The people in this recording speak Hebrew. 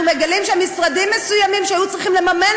אנחנו מגלים שמשרדים מסוימים שהיו צריכים לממן